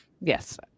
Yes